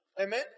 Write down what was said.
Amen